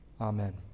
Amen